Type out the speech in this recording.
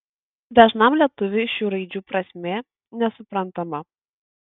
dažnam lietuviui šių raidžių prasmė nesuprantama